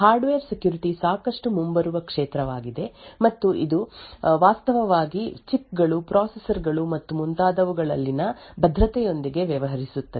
hardware security ಸಾಕಷ್ಟು ಮುಂಬರುವ ಕ್ಷೇತ್ರವಾಗಿದೆ ಮತ್ತು ಇದು ವಾಸ್ತವವಾಗಿ ಚಿಪ್ಸ್ ಪ್ರೊಸೆಸರ್ ಗಳು ಮತ್ತು ಮುಂತಾದವುಗಳಲ್ಲಿನ ಭದ್ರತೆಯೊಂದಿಗೆ ವ್ಯವಹರಿಸುತ್ತದೆ